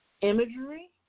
imagery